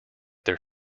their